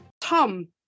Tom